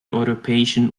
europäischen